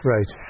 Right